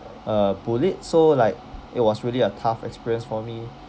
uh bullied so like it was really a tough experience for me